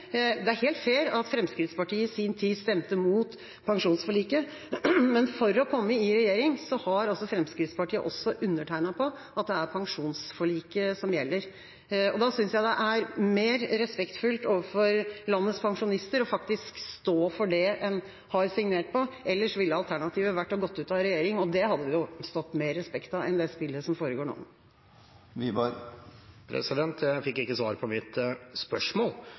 Det er helt fair at Fremskrittspartiet i sin tid stemte mot pensjonsforliket, men for å komme i regjering har Fremskrittspartiet også undertegnet på at det er pensjonsforliket som gjelder. Jeg synes det er mer respektfullt overfor landets pensjonister faktisk å stå for det en har signert på. Alternativet ville være å gå ut av regjering, og det hadde det stått mer respekt av enn det spillet som foregår nå. Jeg fikk ikke svar på mitt spørsmål.